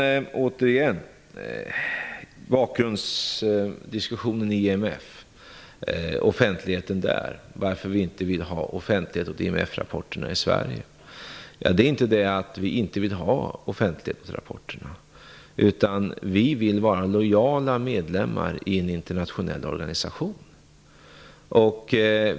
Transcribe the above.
Så åter till bakgrundsdiskussionen i IMF och anledningen till att vi inte vill ha offentlighet åt IMF-rapporterna i Sverige. Det är inte så att vi inte vill ha rapporterna offentliga i sig, utan vi vill vara lojala medlemmar i en internationell organisation.